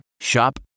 Shop